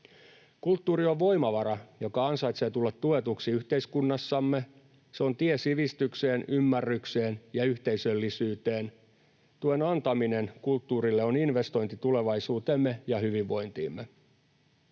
Kulttuuri on voimavara, joka ansaitsee tulla tuetuksi yhteiskunnassamme. Se on tie sivistykseen, ymmärrykseen ja yhteisöllisyyteen. Tuen antaminen kulttuurille on investointi tulevaisuuteemme ja hyvinvointiimme.